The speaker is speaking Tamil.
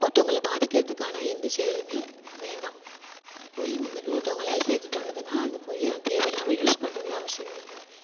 ஒருத்தவங்களை பாதிக்கிறதுக்கான எந்த செயலும் வேண்டாம் பொய் வந்துட்டு ஒருத்தவங்க லைஃபை இது பண்ணுதுன்னா அந்த பொய்ய அங்கே தேவையில்லாமல் யூஸ் பண்ணுறது அவசியம் இல்லை